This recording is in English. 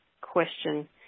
question